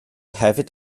hefyd